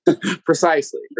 Precisely